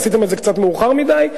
עשיתם את זה כבר מאוחר מדי,